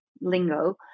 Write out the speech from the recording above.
lingo